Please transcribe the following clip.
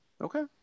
okay